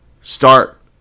start